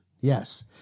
Yes